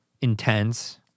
intense